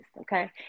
Okay